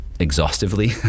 Exhaustively